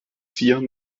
vier